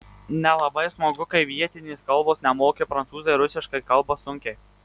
nelabai smagu kai vietinės kalbos nemoki prancūzai rusiškai kalba sunkiai